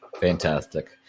Fantastic